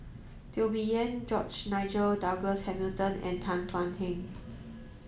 Teo Bee Yen George Nigel Douglas Hamilton and Tan Thuan Heng